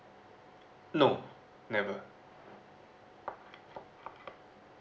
no never